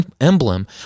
Emblem